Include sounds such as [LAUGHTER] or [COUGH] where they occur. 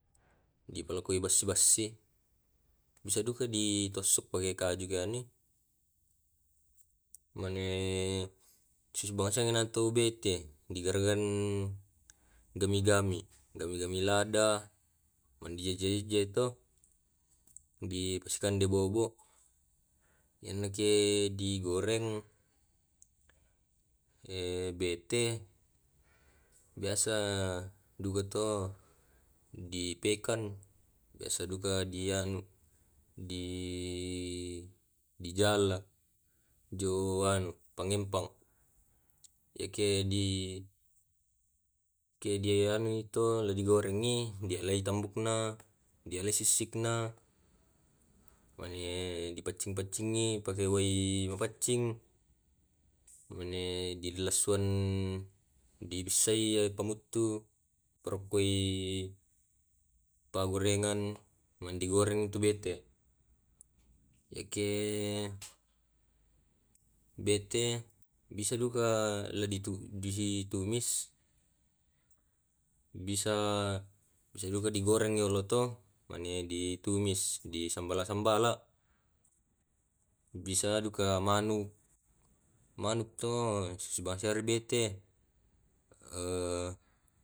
Dipalokkoi bassi bassi bisa duka ditusuk pake kaju ga ni, mane [HESITATION] sipanasuang nato bete digaragan demi gami, gami gami lada, man di eje eje to. dipasikande bobo. inake digoreng [HESITATION] bete biasa duga to dipeken biasa duga di anu di [HESITATION] jala jo anu pangempang iyake di ke dianu i to di gorengi dialai tambukna dialai sisikna mane dipaccing paccingi dipake wai mapaccing mane dilaswan dibissai pammuttu di parokoi pa gorengan man di goreng tu bete yake [HESITATION] bete bisa duka le di tu ditumis bisa bisa duka di gorengi iyolo to mane di tumis disambala sambala bisa duka manu manuk to sisibawa bete. [HESITATION] [UNINTELLIGIBLE]